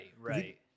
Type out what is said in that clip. right